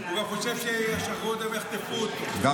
הוא גם חושב שישחררו אותו אם יחטפו אותו.